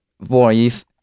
voice